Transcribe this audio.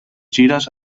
gires